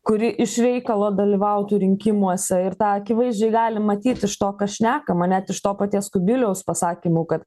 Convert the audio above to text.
kuri iš reikalo dalyvautų rinkimuose ir tą akivaizdžiai galim matyt iš to kas šnekama net iš to paties kubiliaus pasakymų kad